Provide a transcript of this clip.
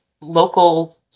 local